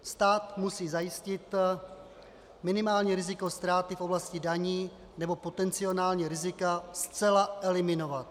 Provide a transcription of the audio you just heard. Stát musí zajistit minimální riziko ztráty v oblasti daní nebo potenciální rizika zcela eliminovat.